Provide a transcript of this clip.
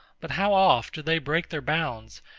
but how oft do they break their bounds,